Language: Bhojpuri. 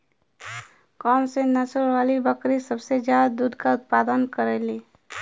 कौन से नसल वाली बकरी सबसे ज्यादा दूध क उतपादन करेली?